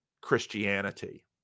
Christianity